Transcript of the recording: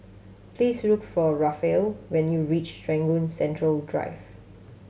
please look for Raphael when you reach Serangoon Central Drive